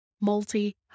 multi